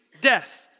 death